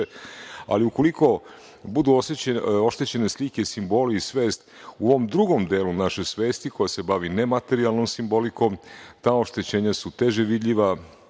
Ali, ukoliko budu oštećene slike i simboli i svest u ovom drugom delu naše svesti koja se bavi nematerijalnom simbolikom, ta oštećenja su teže vidljiva,